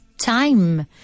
time